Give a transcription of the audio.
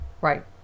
Right